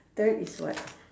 third is what